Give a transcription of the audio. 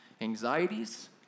anxieties